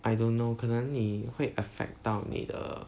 I don't know 可能你会 affect 到你的